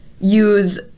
use